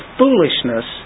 foolishness